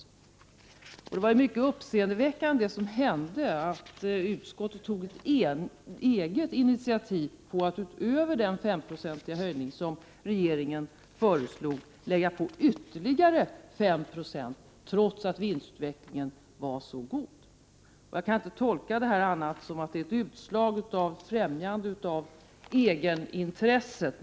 Det som hände var mycket uppseendeväckande, att utskottet tog ett eget initiativ till att utöver den S5-procentiga höjning regeringen föreslog lägga på ytterligare 5 Je, trots att vinstutvecklingen var så god. Jag kan inte tolka detta som annat än ett utslag av främjande av egenintresse.